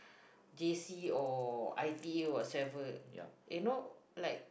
J_C or I_P_A or whatever